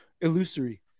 illusory